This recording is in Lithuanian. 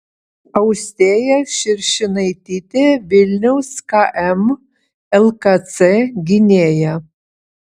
austėja širšinaitytė vilniaus km lkc gynėja